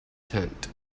tent